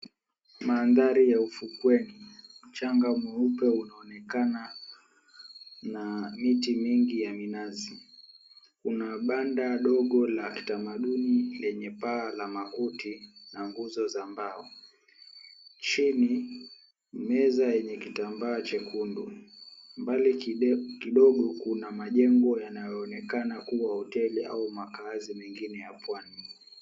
Mandhari ya ufukweni, mchanga mweupe unaonekana na miti ya minazi. Kuna banda ndogo na utamaduni lenye paa la makuti na nguzo za mbao, chini meza yenye kitambaa chekundu. Mbali kidogo kuna majengo yanayoonekana kuwa hoteli au makaazi mengine ya pwani.